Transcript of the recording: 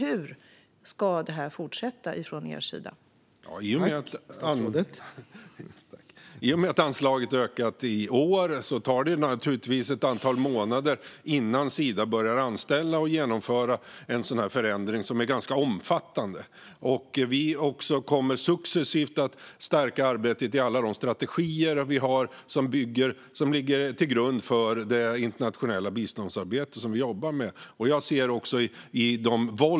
Hur ska detta fortsätta, från er sida sett?